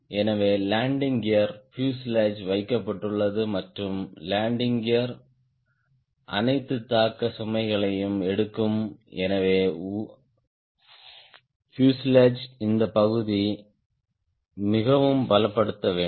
எனவே landing gear fuselage வைக்கப்பட்டுள்ளது மற்றும் லேண்டிங் கியர் அனைத்து தாக்க சுமைகளையும் எடுக்கும் எனவே பியூசேலாஜ் இந்த பகுதி இந்த பகுதி மிகவும் பலப்படுத்தப்பட வேண்டும்